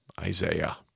Isaiah